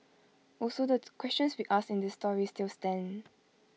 also the questions we asked in this story still stand